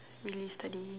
really study